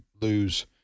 lose